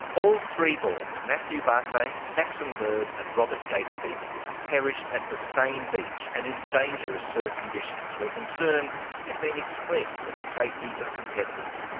all three boys, matthew barclay, saxon bird and robert gatenby perished at the same beach and in dangerous surf conditions where concerns had been expressed for the safety of competitors.